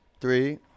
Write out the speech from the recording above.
three